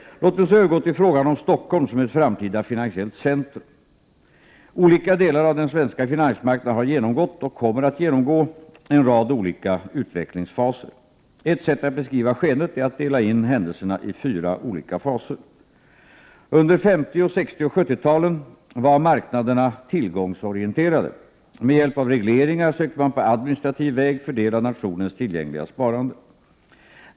Låt mig så övergå till frågan om Stockholm som ett framtida finansiellt centrum. Olika delar av den svenska finansmarknaden har genomgått och kommer att genomgå en rad olika utvecklingsfaser. Ett sätt att beskriva skeendet är att dela in händelserna i fyra olika faser. Under 50-, 60 och 70-talen var marknaderna tillgångsorienterade. Med hjälp av regleringar sökte man på administrativ väg fördela nationens tillgängliga sparande.